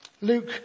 Luke